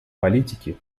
политики